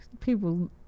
People